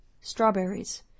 Strawberries